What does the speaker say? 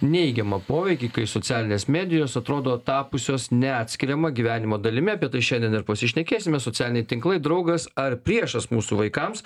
neigiamą poveikį kai socialinės medijos atrodo tapusios neatskiriama gyvenimo dalimi apie tai šiandien ir pasišnekėsime socialiniai tinklai draugas ar priešas mūsų vaikams